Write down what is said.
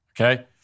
Okay